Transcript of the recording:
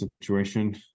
situation